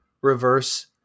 reverse